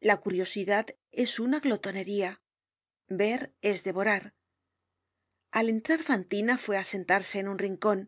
la curiosidad es una glotonería ver es devorar al entrar fantina fué á sentarse en un rincon